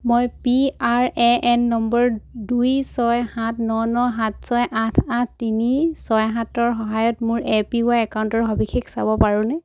মই P R A N number দুই ছয় সাত ন ন সাত ছয় আঠ আঠ তিনি ছয় সাতৰ সহায়ত মোৰ এ পি ৱাই একাউণ্টৰ সবিশেষ চাব পাৰোঁনে